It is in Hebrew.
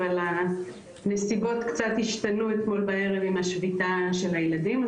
אבל הנסיבות קצת השתנו אתמול בערב עם השביתה של הילדים.